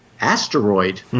asteroid